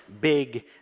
big